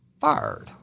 fired